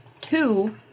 Two